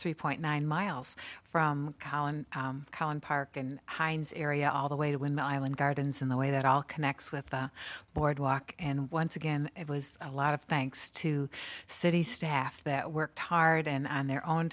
three point nine miles from holland park and heinz area all the way to win the island gardens in the way that all connects with the boardwalk and once again it was a lot of thanks to city staff that worked hard and their own